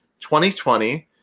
2020